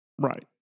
Right